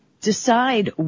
decide